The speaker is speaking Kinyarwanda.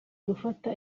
gufata